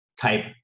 type